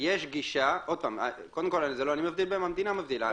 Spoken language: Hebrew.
יש גישה קודם כל, לא אני מבדיל, המדינה מבדילה.